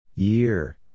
Year